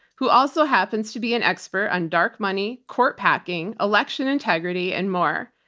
who also happens to be an expert on dark money, court packing, election integrity and more.